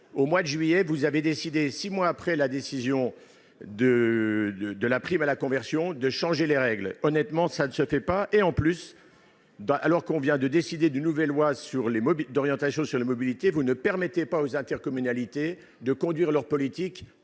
au mois de juillet dernier, vous avez décidé, six mois après avoir décidé la prime à la conversion, de changer les règles. Honnêtement, cela ne se fait pas ! En outre, alors que vient d'être adoptée la loi d'orientation sur les mobilités, vous ne permettez pas aux intercommunalités de conduire leur politique